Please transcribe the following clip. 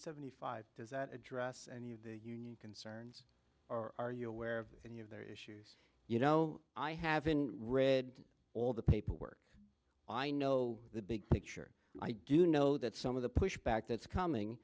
seventy five does that address any of the union concerns or are you aware of any of their issues you know i haven't read all the paperwork i know the big picture i do know that some of the pushback that's coming